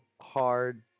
hard